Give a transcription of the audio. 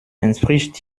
entspricht